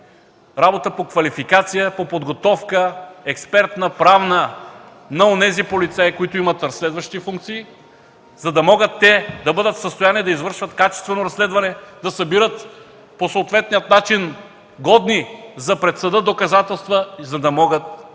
работа по квалификация, по подготовка – експертна, правна, на онези полицаи, които имат разследващи функции, за да могат те да бъдат в състояние да извършват качествено разследване, да събират по съответния начин годни за пред съда доказателства, за да може